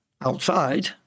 outside